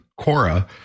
Cora